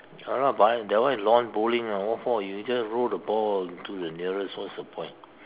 ya lah but that one is lawn bowling lah what for you just roll the ball to the nearest what's the point